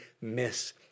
miss